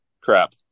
Crap